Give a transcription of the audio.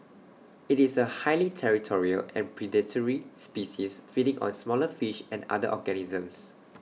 IT is A highly territorial and predatory species feeding on smaller fish and other organisms